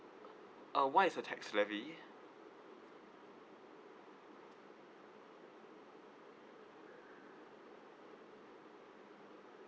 uh what is the tax levy